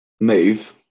Move